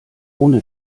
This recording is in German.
ohne